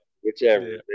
whichever